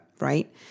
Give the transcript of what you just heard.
right